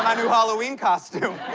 new halloween costume.